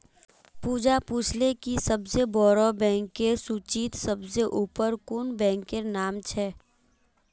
पूजा पूछले कि सबसे बोड़ो बैंकेर सूचीत सबसे ऊपर कुं बैंकेर नाम छे